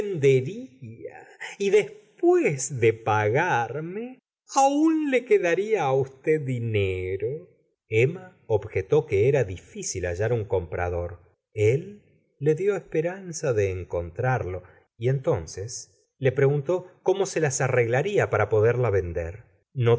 y despuás de pagarme aún le quedaría á usted dinero emma objetó que era difícil hallar un comprador él le dió esperanza de encontrarlo y entonces le preguntó como se las arreglaría para poderla vender